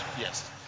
Yes